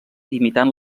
imitant